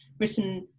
Written